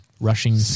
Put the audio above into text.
rushing